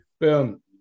Boom